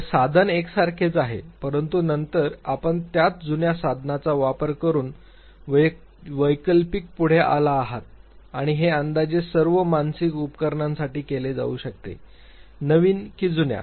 तर साधन एकसारखेच आहे परंतु नंतर आपण त्याच जुन्या साधनाचा वापर करून वैकल्पिक पुढे आला आहात आणि हे अंदाजे सर्व मानसिक उपकरणांसाठी केले जाऊ शकते नवीन की जुन्या